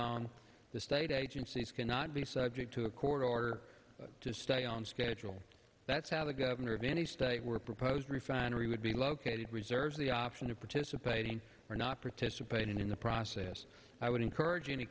on the state agencies cannot be subject to a court order to stay on schedule that's how the governor of any state were proposed refinery would be located reserves the option of participating or not participating in the process i would encourage any